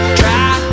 try